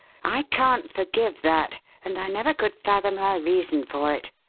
i can't forgive that and i never could fathom her reason for it.